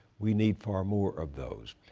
we need far more of those,